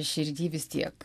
širdy vis tiek